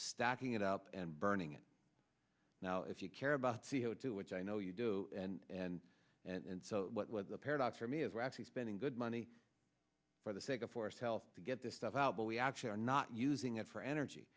stacking it out and burning it now if you care about c o two which i know you do and and and so what was the paradox for me is we're actually spending good money for the sake of forest health to get this stuff out but we actually are not using it for energy